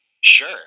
sure